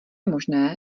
možné